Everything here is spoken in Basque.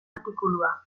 artikulua